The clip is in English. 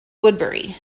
woodbury